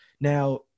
Now